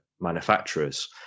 manufacturers